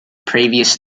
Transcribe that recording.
previous